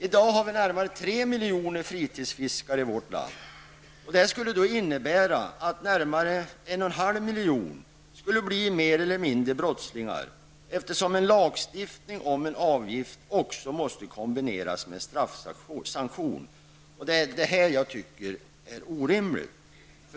I dag har vi närmare 3 miljoner fritidsfiskare i vårt land. Det skulle då innebära att närmare 1,5 miljoner mer eller mindre skulle bli brottslingar, eftersom lagstiftning om en avgift också måste kombineras med straffsanktioner. Det är detta jag tycker är orimligt.